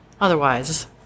Otherwise